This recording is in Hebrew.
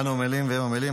אנו עמלים והם עמלים,